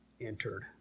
entered